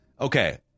Okay